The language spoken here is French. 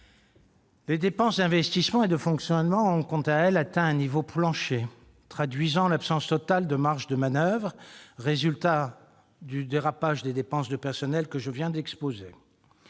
Les dépenses d'investissement et de fonctionnement ont, quant à elles, atteint un niveau plancher. Cette situation traduit l'absence totale de marge de manoeuvre résultant du dérapage des dépenses de personnel que je viens d'exposer.